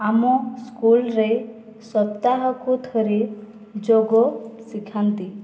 ଆମ ସ୍କୁଲରେ ସପ୍ତାହକୁ ଥରେ ଯୋଗ ଶିଖାନ୍ତି